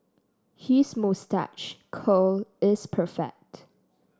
his moustache curl is perfect